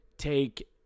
take